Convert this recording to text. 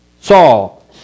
Saul